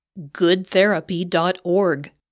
GoodTherapy.org